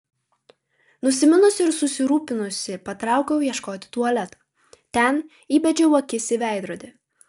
nusiminusi ir susirūpinusi patraukiau ieškoti tualeto ten įbedžiau akis į veidrodį